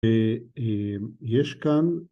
יש כאן